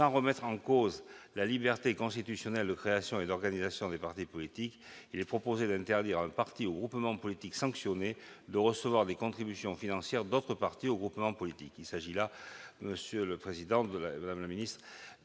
Sans remettre en cause la liberté constitutionnelle de création et d'organisation des partis politiques, il est proposé d'interdire à un parti ou groupement politique sanctionné de recevoir des contributions financières d'autres partis ou groupement politiques. Il s'agit là de répondre à une